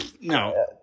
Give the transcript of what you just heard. No